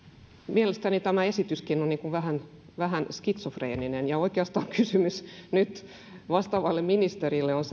mielestäni tämä esityskin on vähän vähän skitsofreeninen ja oikeastaan kysymys nyt vastaavalle ministerille on